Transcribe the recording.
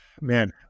man